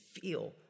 feel